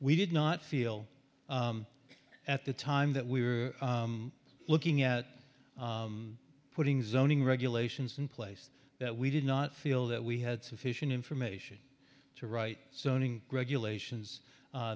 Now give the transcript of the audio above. we did not feel at the time that we were looking at putting zoning regulations in place that we did not feel that we had sufficient information to write so owning regulations